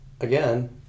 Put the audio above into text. again